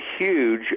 huge